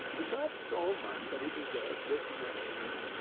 is that so much that he deserves this praise?